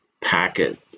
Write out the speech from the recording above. packet